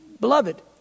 beloved